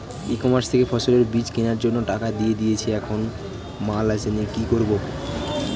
ই commerce থেকে ফসলের বীজ কেনার জন্য টাকা দিয়ে দিয়েছি এখনো মাল আসেনি কি করব?